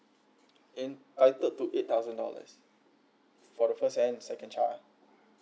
entitled to eight thousand dollars for the first and the second child